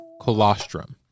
colostrum